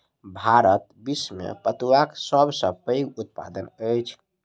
भारत विश्व में पटुआक सब सॅ पैघ उत्पादक अछि